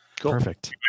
Perfect